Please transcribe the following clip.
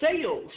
sales